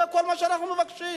זה כל מה שאנחנו מבקשים.